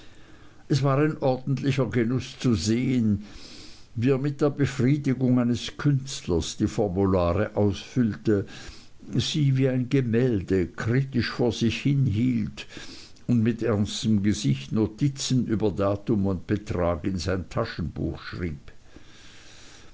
es war ordentlich ein genuß zu sehen wie er mit der befriedigung eines künstlers die formulare ausfüllte sie wie ein gemälde kritisch vor sich hinhielt und mit ernstem gesicht notizen über datum und betrag in sein taschentuch schrieb